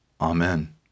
amen